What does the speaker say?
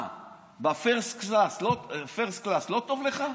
מה ב-first class לא טוב לך?